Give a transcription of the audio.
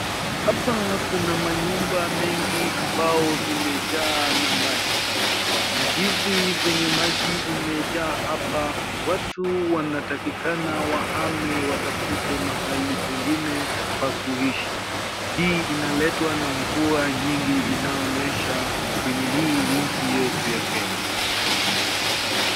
Hapa kuna manyumba mengi ambao zimejaa na maji. Na hivi vile maji imejaa hapa watu wanatakikana wahame watafute mahali pengine pa kuishi. Hii inaletwa na mvua nyingi inayonyesha kwenye hii nchi yetu ya Kenya.